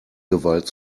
gewalt